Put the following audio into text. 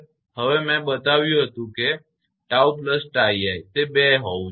હવે મેં તમને બતાવ્યું કે 𝜏𝜏𝑖 તે 2 હોવું જોઈએ